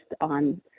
on